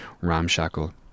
ramshackle